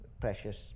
precious